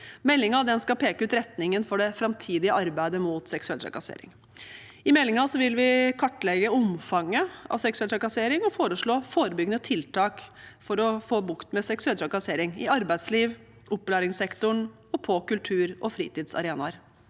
Meldingen skal peke ut retningen for det framtidige arbeidet mot seksuell trakassering. I meldingen vil vi kartlegge omfanget av seksuell trakassering og foreslå forebyggende tiltak for å få bukt med seksuell trakassering i arbeidsliv, opplæringssektoren og på kultur- og fritidsarenaer.